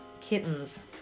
Kittens